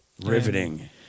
Riveting